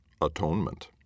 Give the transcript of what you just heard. atonement